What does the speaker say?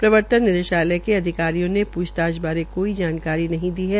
प्रवर्तन निदेशालय के अधिकारियो ने प्रछताछ बारे कोई जानकारी नहीं दी है